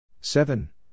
Seven